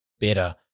better